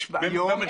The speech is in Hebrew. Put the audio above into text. יש היום